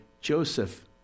Joseph